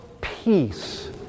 peace